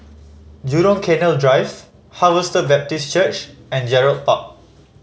Jurong Canal Drive Harvester Baptist Church and Gerald Park